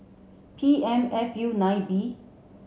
P M F U nine B